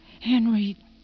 Henry